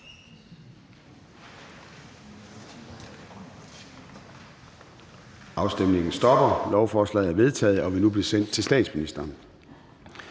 stemte 0]. Lovforslaget er vedtaget og vil nu blive sendt til statsministeren.